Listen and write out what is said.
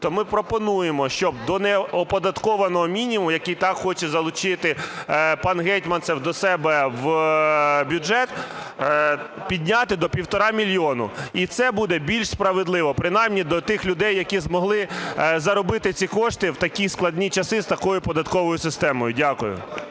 ми пропонуємо, щоб до неоподатковуваного мінімуму, який так хоче залучити пан Гетманцев до себе в бюджет, підняти до півтора мільйона, і це буде більш справедливо, принаймні до тих людей, які змогли заробити ці кошти в такі складні часи з такою податковою системою. Дякую.